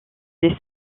des